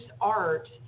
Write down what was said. art